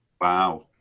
Wow